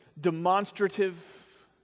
demonstrative